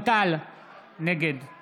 נגד דסטה